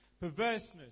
perverseness